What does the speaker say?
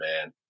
man